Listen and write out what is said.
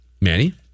Manny